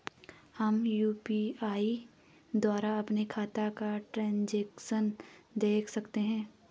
हम यु.पी.आई द्वारा अपने खातों का ट्रैन्ज़ैक्शन देख सकते हैं?